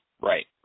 Right